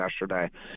yesterday